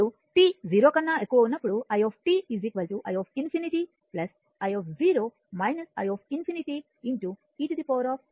ఇప్పుడు t 0 కన్నా ఎక్కువ ఉన్నప్పుడు i i ∞ i i ∞ e tτ